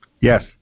Yes